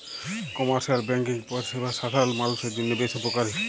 commercial banking পরিষেবা সাধারল মালুষের জন্হে বেশ উপকারী